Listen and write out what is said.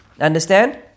Understand